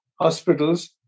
hospitals